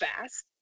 fast